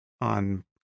on